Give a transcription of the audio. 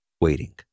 waiting